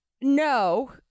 No